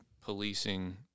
policing